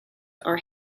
are